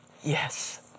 yes